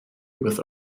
with